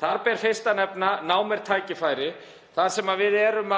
Þar ber fyrst að nefna Nám er tækifæri, þar sem við erum